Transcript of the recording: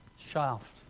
shaft